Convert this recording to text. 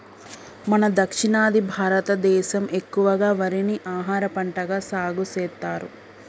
మన దక్షిణాది భారతదేసం ఎక్కువగా వరిని ఆహారపంటగా సాగుసెత్తారు